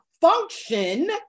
function